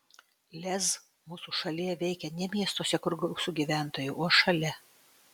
lez mūsų šalyje veikia ne miestuose kur gausu gyventojų o šalia